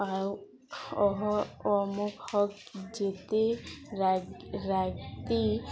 ଆଉ ଅହ ଅମୁଖ ହକ୍ ଯେତେ ରା ରାତି